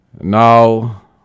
Now